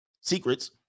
secrets